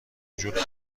وجود